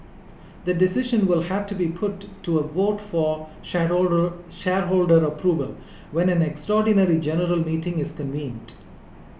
the decision will have to be put to a vote for shareholder approval when an extraordinarily general meeting is convened